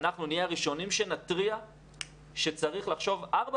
אנחנו נהיה הראשונים שנתריע שצריך לחשוב ארבע